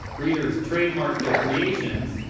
breeders trademark their creations,